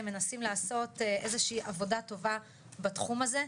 מנסים לעשות איזושהי עבודה טובה בתחום הזה.